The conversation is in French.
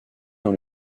dans